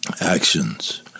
actions